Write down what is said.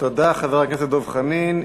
תודה, חבר הכנסת דב חנין.